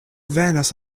venas